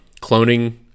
cloning